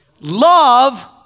Love